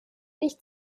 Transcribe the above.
nicht